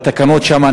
בתקנות שם,